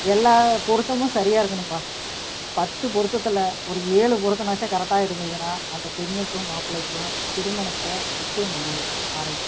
எல்லாம் பொருத்தமும் சரியாக இருக்கணும்பா பத்து பொருத்ததில் ஒரு ஏழு பொருத்தம்னாச்சும் கரெக்டாக இருந்ததுனால் அந்த பெண்ணுக்கும் மாப்பிள்ளைக்கும் திருமணத்தை நிச்சயம் பண்ண ஆரம்பிப்பாங்க